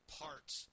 parts